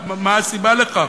מה הסיבה לכך?